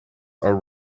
are